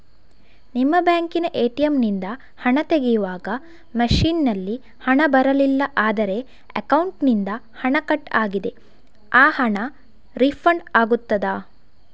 ನಿಮ್ಮ ಬ್ಯಾಂಕಿನ ಎ.ಟಿ.ಎಂ ನಿಂದ ಹಣ ತೆಗೆಯುವಾಗ ಮಷೀನ್ ನಲ್ಲಿ ಹಣ ಬರಲಿಲ್ಲ ಆದರೆ ಅಕೌಂಟಿನಿಂದ ಹಣ ಕಟ್ ಆಗಿದೆ ಆ ಹಣ ರೀಫಂಡ್ ಆಗುತ್ತದಾ?